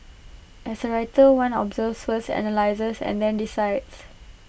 as A writer one observes first analyses and then decides